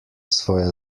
svoje